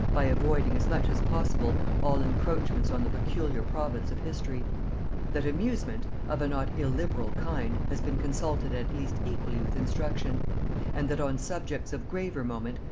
by avoiding as much as possible all encroachments on the peculiar province of history that amusement, of a not illiberal kind, has been consulted at least equally with instruction and that on subjects of graver moment,